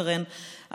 שרן,